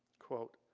quote,